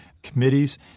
committees